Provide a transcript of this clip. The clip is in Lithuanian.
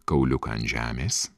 kauliuką ant žemės